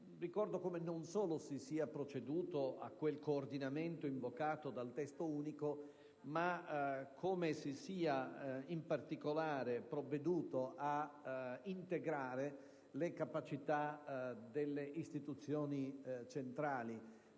ricordo come non solo si sia proceduto al coordinamento invocato dal Testo unico, ma come si sia in particolare provveduto ad integrare le capacità delle istituzioni centrali,